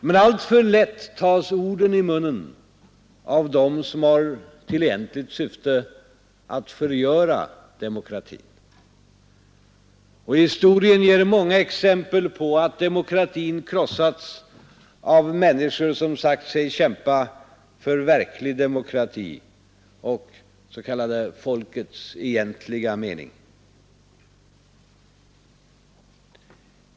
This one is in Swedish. Men allför lätt tas orden i munnen av dem som har till syfte att förgöra demokratin. Och historien ger många exempel på att demokratin krossats av människor som sagt sig kämpa för ”verklig demokrati” och ”folkets egentliga mening”.